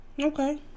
Okay